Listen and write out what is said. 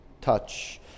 touch